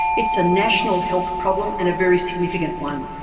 it's a national health problem and a very significant one,